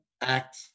act